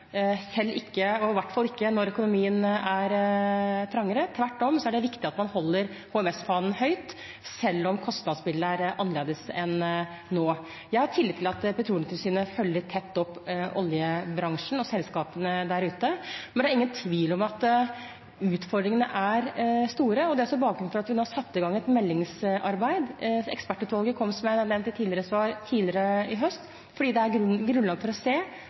hvert fall ikke når økonomien er trangere. Tvert om er det viktig at man holder HMS-fanen høyt selv om kostnadsbildet er annerledes enn nå. Jeg har tillit til at Petroleumstilsynet følger tett opp oljebransjen og selskapene der ute, men det er ingen tvil om at utfordringene er store. Det er også bakgrunnen for at vi nå har satt i gang et meldingsarbeid – ekspertutvalgets rapport kom tidligere i høst, som jeg har nevnt i tidligere svar – fordi det er grunnlag for å se